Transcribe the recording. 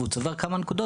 כשהוא צובר כמה נקודות,